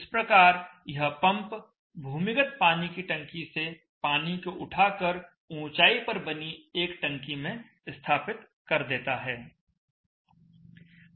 इस प्रकार यह पंप भूमिगत पानी की टंकी से पानी को उठाकर ऊंचाई पर बनी एक टंकी में स्थापित कर देता है